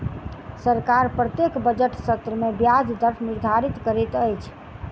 सरकार प्रत्येक बजट सत्र में ब्याज दर निर्धारित करैत अछि